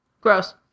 Gross